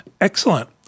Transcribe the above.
Excellent